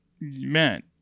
man